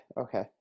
okay